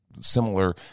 similar